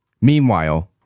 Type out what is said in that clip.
Meanwhile